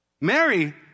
Mary